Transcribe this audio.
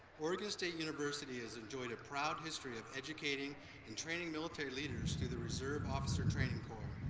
oregon state university has enjoyed a proud history of educating and training military leaders through the reserve officers training corps.